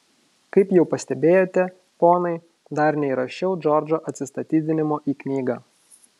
kaip jau pastebėjote ponai dar neįrašiau džordžo atsistatydinimo į knygą